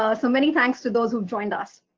ah so many thanks to those who've joined us.